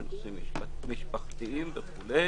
ובנושאים משפחתיים וכולי